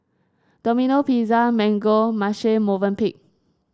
Domino Pizza Mango Marche Movenpick